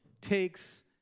takes